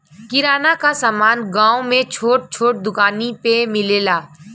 किराना क समान गांव में छोट छोट दुकानी पे मिलेला